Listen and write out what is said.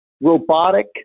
robotic